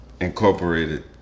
Incorporated